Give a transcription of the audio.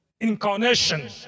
incarnation